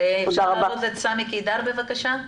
סמי קידר בבקשה.